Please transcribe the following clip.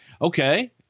okay